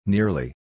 Nearly